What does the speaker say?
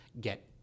get